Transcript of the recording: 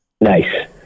Nice